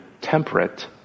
temperate